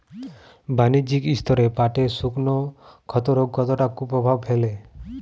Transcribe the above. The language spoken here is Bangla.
বাণিজ্যিক স্তরে পাটের শুকনো ক্ষতরোগ কতটা কুপ্রভাব ফেলে?